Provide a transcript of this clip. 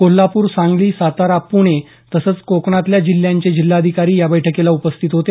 कोल्हापूर सांगली सातारा पुणे तसंच कोकणातल्या जिल्ह्यांचे जिल्हाधिकारी या बैठकीला उपस्थित होते